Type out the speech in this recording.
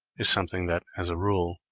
is something that, as a rule,